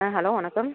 ஆ hello வணக்கம்